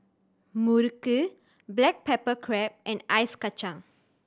muruku black pepper crab and Ice Kachang